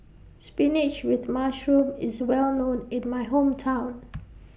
Spinach with Mushroom IS Well known in My Hometown